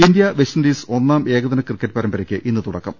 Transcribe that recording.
India West Indies ഒന്നാം ഏകദിനക്രിക്കറ്റ് പരമ്പരയ്ക്ക് ഇന്ന് തുടക്കം